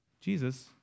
Jesus